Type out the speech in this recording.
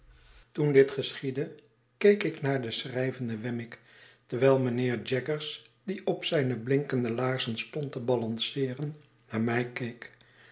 toen dit geschiedde keek ik naar den schrijvenden wemmick terwijlmijnheer jaggers die op zijne blinkende laarzen stond te balanceeren naar mij